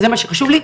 זה מה שחשוב לי,